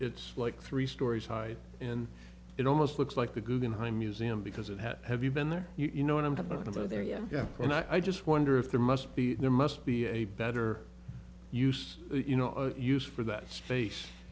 it's like three stories high and it almost looks like the guggenheim museum because it had have you been there you know what i'm talking about there yeah yeah and i just wonder if there must be there must be a better use you know use for that space